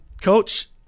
Coach